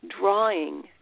drawing